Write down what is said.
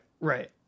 right